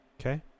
Okay